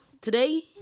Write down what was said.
today